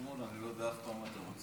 סימון, אני לא יודע אף פעם מה אתה רוצה.